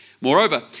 Moreover